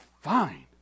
fine